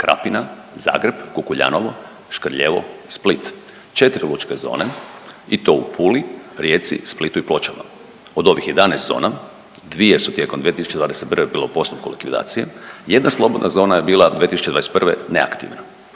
Krapina, Zagreb, Kukuljanovo, Škrljevo, Split. 4 lučke zone i to u Puli, Rijeci, Splitu i Pločama. Od ovih 11 zona, 2 su tijekom 2021. bilo u postupku likvidacije, 1 slobodna zona je bila 2021. neaktivna.